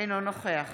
אינו נוכח